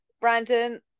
Brandon